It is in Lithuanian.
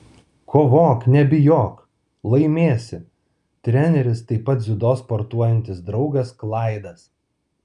kovok nebijok laimėsi treneris taip pat dziudo sportuojantis draugas klaidas